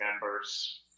members